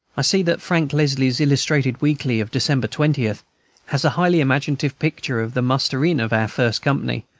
i see that frank leslie's illustrated weekly of december twentieth has a highly imaginative picture of the muster-in of our first company,